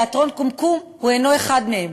ותיאטרון "קומקום" אינו אחד מהם.